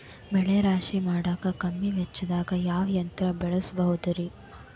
ಬೆಳೆ ರಾಶಿ ಮಾಡಾಕ ಕಮ್ಮಿ ವೆಚ್ಚದಾಗ ಯಾವ ಯಂತ್ರ ಬಳಸಬಹುದುರೇ?